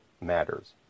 matters